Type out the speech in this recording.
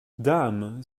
dame